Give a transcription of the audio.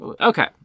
okay